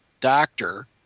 doctor